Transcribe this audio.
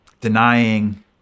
denying